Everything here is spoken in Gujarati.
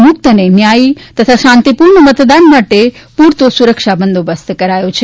મુક્ત અને ન્યાયી અને શાંતિપૂર્ણ મતદાન માટે પૂરતો સુરક્ષા બંદોબસ્ત કરાયો છે